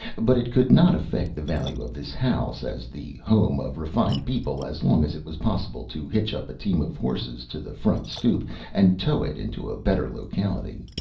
but it could not affect the value of this house as the home of refined people as long as it was possible to hitch up a team of horses to the front stoop and tow it into a better locality.